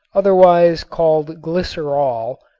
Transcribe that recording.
otherwise called glycerol,